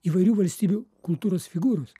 įvairių valstybių kultūros figūros